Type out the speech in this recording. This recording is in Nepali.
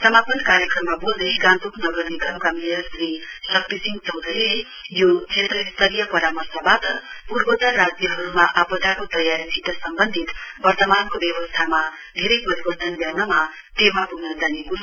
समापन कार्यक्रममा बोल्दै गान्तोक नगर निगमका मेयर श्री शक्तिसिहं चौधरीले यो क्षेत्र स्तरीय परामर्शबाट पूर्वोतर राज्यहरुमा आपदाको तयारीसित सम्बन्धित वर्तमानको व्यवस्थामा धेरै परिवर्तन ल्याउनमा टेवा प्ग्न जानेछ